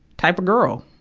type of girl.